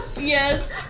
Yes